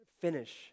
finish